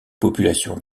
populations